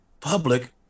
public